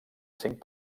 cinc